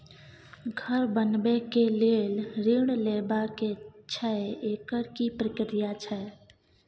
घर बनबै के लेल ऋण लेबा के छै एकर की प्रक्रिया छै?